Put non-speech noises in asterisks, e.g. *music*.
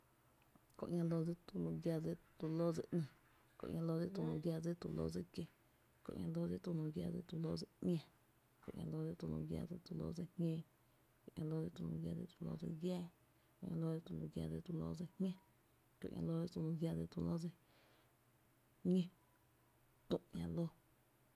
Kö ´ña loo dsi tu lu giⱥ dsi tulóo dsi ‘ni, Kö ´ña loo dsi tu *noise* lu giⱥ dsi tulóo dsi kiö, Kö ´ña loo dsi tu lu giⱥ dsi tulóo dsi ‘ña, Kö ´ña loo dsi tu lu giⱥ dsi tulóo dsi jñóo, Kö ´ña loo dsi tu lu giⱥ dsi tulóo dsi giáá, Kö ´ña loo dsi tu lu giⱥ dsi tulóo dsi jñá, Kö ´ña loo dsi tu lu giⱥ dsi tulóo dsi ñó, tü ‘ña lóo.